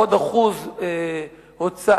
עוד 1% הוצאה,